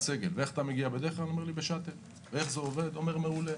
סגל ובדרך כלל הוא מגיע בשאט"ל וזה עובד מעולה.